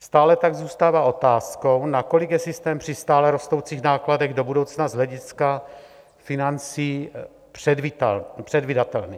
Stále tak zůstává otázkou, nakolik je systém při stále rostoucích nákladech do budoucna z hlediska financí předvídatelný.